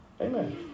Amen